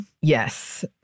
Yes